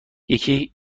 یکی